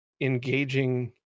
engaging